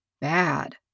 Bad